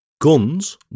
guns